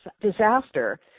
disaster